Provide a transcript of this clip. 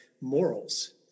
morals